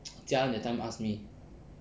jia en that time ask me